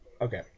okay